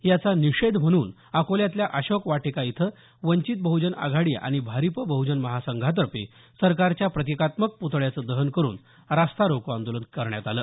याचा निषेध म्हणून अकोल्यातल्या अशोक वाटिका इथं वंचित बहजन आघाडी आणि भारिप बहजन महासंघातर्फे सरकारच्या प्रतिकात्मक पुतळ्याचं दहन करून रास्ता रोको आंदोलन केलं